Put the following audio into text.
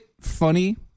funny